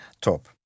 top